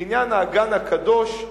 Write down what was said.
לעניין האגן הקדוש,